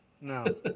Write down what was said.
No